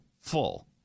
full